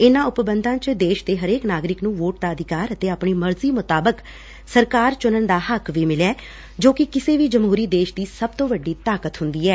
ਇਨੁਾਂ ਉਪਬੰਧਾਂ ਚ ਦੇਸ਼ ਦੇ ਹਰੇਕ ਨਾਗਰਿਕ ਨੂੰ ਵੋਟ ਦਾ ਅਧਿਕਾਰ ਅਤੇ ਆਪਣੀ ਮਰਜ਼ੀ ਮੁਤਾਬਕ ਸਰਕਾਰ ਚੁਣਨ ਦਾ ਹੱਕ ਵੀ ਮਿਲਿਆ ਜੋ ਕਿ ਕਿਸੇ ਵੀ ਜਮਹੁਰੀ ਦੇਸ਼ ਦੀ ਸਭ ਤੋਂ ਵੱਡੀ ਤਾਕਤ ਹੁੰਦੀ ਐ